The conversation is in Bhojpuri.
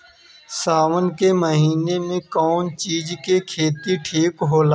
सावन के महिना मे कौन चिज के खेती ठिक होला?